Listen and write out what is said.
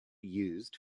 used